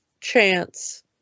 chance